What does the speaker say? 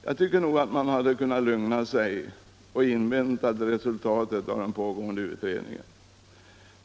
Jag tycker nog att man kunnat lugna sig och invänta resultatet av den pågående utredningen.